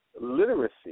Literacy